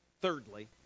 thirdly